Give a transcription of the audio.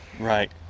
Right